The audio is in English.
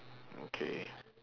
okay